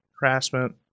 harassment